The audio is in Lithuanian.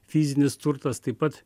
fizinis turtas taip pat